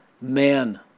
man